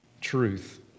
truth